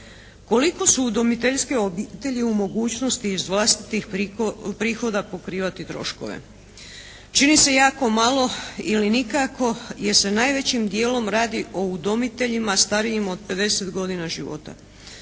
Koliko su udomiteljske obitelji u mogućnosti iz vlastitih prihoda pokrivati troškove? Čini se jako malo ili nikako jer se najvećim djelom radi o udomiteljima starijim od 50 godina života.